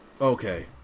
Okay